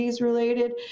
Related